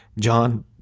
John